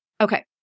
okay